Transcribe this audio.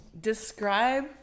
Describe